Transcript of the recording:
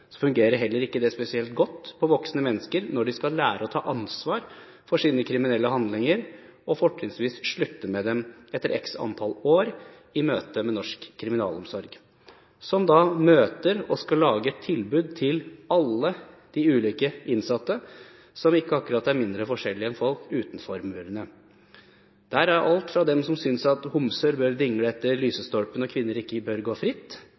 fungerer det godt for voksne mennesker når de skal lære å ta ansvar for sine kriminelle handlinger og fortrinnsvis slutte med dem etter x antall år i møte med norsk kriminalomsorg. De skal møte og lage et tilbud til alle de ulike innsatte, som ikke er mindre forskjellige enn folk utenfor murene – alt fra dem som synes at homser bør dingle i lysestolpene og kvinner ikke bør gå fritt,